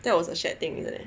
that was a shared thing isn't it